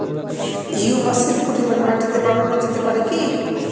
হিউমাসের পরিমান মাটিতে বারানো যেতে পারে কি?